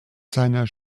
seiner